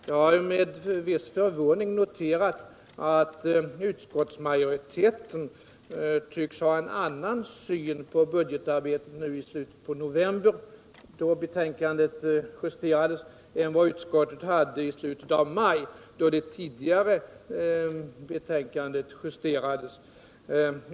Jag har med viss förvåning noterat att utskottsmajoriteten tycks ha haft en annan syn på budgetarbetet i slutet av november, då betänkandet justerades, än vad utskottet hade i slutet av maj då det tidigare betänkandet justerades.